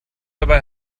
dabei